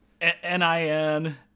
N-I-N